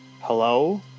hello